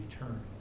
return